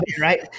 right